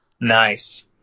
Nice